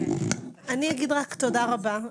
אני אגיד רק תודה רבה.